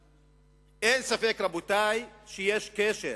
אין ספק, רבותי, שיש קשר